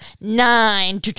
Nine